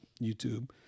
YouTube